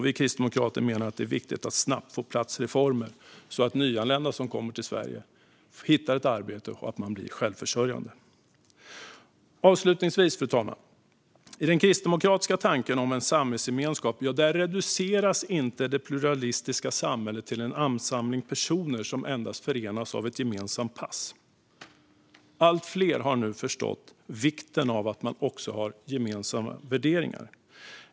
Vi kristdemokrater menar att det är viktigt att snabbt få på plats reformer, så att nyanlända som kommer till Sverige hittar ett arbete och blir självförsörjande. Fru talman! I den kristdemokratiska tanken om en samhällsgemenskap reduceras inte det pluralistiska samhället till en ansamling personer som endast förenas av ett gemensamt pass. Allt fler har nu förstått vikten av att man också har gemensamma värderingar.